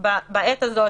בעת הזאת,